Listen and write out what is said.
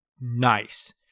nice